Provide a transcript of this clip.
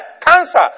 Cancer